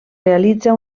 realitza